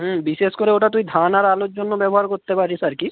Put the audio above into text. হুম বিশেষ করে ওটা তুই ধান আর আলুর জন্য ব্যবহার করতে পারিস আর কি